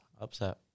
Upset